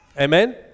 Amen